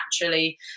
naturally